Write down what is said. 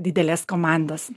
didelės komandos